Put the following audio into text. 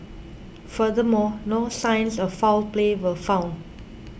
furthermore no signs of foul play were found